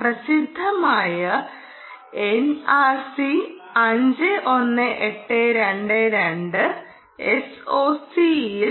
പ്രസിദ്ധമായ എൻആർസി 51822 എസ്ഒസിയിൽ